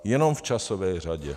Jenom v časové řadě.